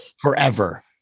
forever